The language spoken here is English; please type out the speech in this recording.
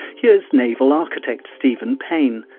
here's naval architect stephen payne,